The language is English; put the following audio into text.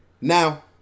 Now